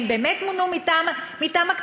הם באמת מונו מטעם הכנסת,